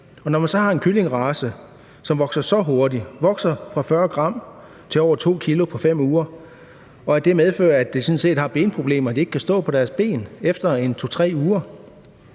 Når man så har en kyllingerace, som vokser så hurtigt – de vokser fra 40 g til over 2 kg på 5 uger – at det medfører, at de sådan set har benproblemer og ikke kan stå på deres ben efter 2-3 uger,